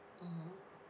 mmhmm